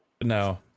No